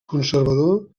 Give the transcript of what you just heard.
conservador